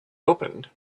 opened